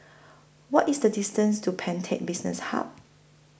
What IS The distance to Pantech Business Hub